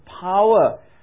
power